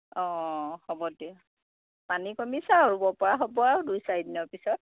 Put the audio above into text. অঁ হ'ব দিয়া পানী কমিছে আৰু ৰুব পৰা হ'ব আৰু দুই চাৰি দিনৰ পিছত